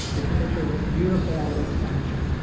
it's a picture of just uniform expansion,